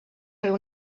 riu